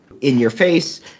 in-your-face